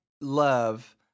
love